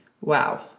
Wow